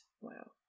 Wow